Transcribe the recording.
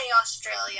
Australia